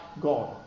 God